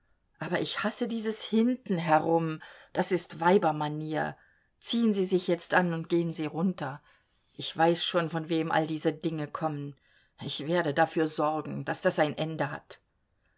aber ich hasse dieses hintenherum das ist weibermanier ziehen sie sich jetzt an und gehen sie runter ich weiß schon von wem all diese dinge kommen ich werde dafür sorgen daß das ein ende hat